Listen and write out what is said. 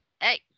Hey